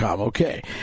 Okay